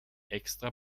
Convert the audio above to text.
extra